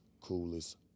coolest